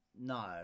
no